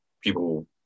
people